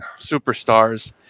superstars